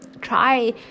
Try